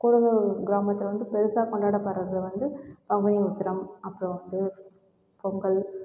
கூடலூர் கிராமத்தை வந்து பெருசாக கொண்டாடப்படுகிறது வந்து பங்குனி உத்திரம் அப்புறம் வந்து பொங்கல்